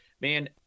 Man